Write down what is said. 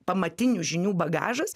pamatinių žinių bagažas